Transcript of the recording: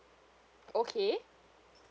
okay